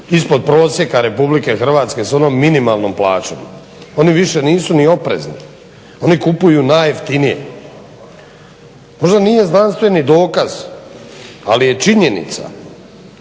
ispod prosjeka Republike Hrvatske s onom minimalnom plaćom. Oni više nisu ni oprezni. Oni kupuju najjeftinije. Možda nije znanstveni dokaz, ali je činjenica